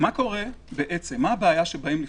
מה הבעיה שבאים לפתור.